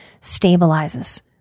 stabilizes